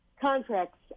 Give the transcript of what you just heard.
contracts